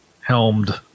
helmed